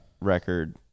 record